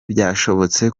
byashobotse